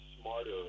smarter